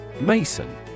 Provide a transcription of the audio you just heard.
Mason